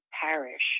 parish